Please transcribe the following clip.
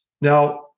Now